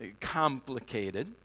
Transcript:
complicated